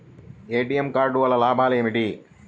ATM card వల్ల లాభం ఏమిటి?